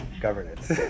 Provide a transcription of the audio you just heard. governance